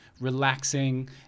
relaxing